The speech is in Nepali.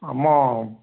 म